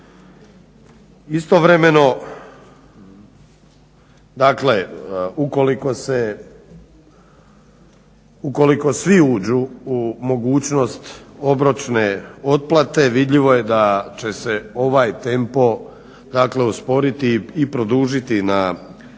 se, ukoliko svi uđu u mogućnost obročne otplate vidljivo je da će se ovaj tempo, dakle usporiti i produžiti na